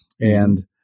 and-